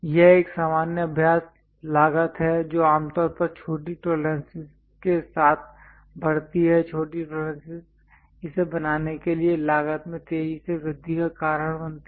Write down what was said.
यह एक सामान्य अभ्यास लागत है जो आमतौर पर छोटी टॉलरेंसेस के साथ बढ़ती है छोटी टॉलरेंसेस इसे बनाने के लिए लागत में तेजी से वृद्धि का कारण बनती है